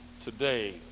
today